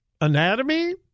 anatomy